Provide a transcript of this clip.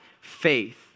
faith